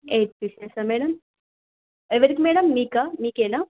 eight పీసెసా madam ఎవరికి madam మీకా మీకేనా